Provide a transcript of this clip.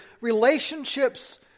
relationships